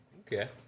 Okay